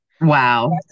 Wow